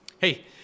Hey